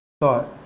thought